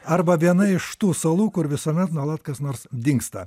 arba viena iš tų salų kur visuomet nuolat kas nors dingsta